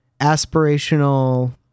aspirational